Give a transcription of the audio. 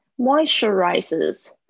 moisturizes